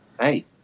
hey